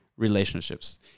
relationships